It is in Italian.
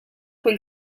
quel